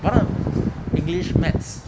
but 当 english maths